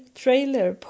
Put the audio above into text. trailer